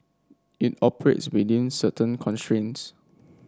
it operates within certain constraints